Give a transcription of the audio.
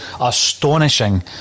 astonishing